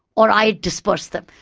or i disperse them.